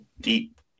deep